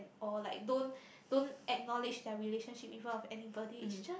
or like don't don't acknowledge their relationship in front of anybody it's just